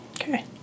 Okay